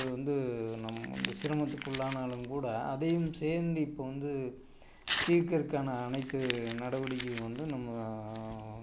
அது வந்து நம்ம அந்த சிரமத்துக்குள்ளானாலும் கூட அதையும் சேர்ந்து இப்போ வந்து தீர்க்கிறக்கான அனைத்து நடவடிக்கையும் வந்து நம்ம